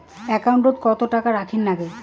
একাউন্টত কত টাকা রাখীর নাগে?